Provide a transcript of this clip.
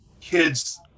kids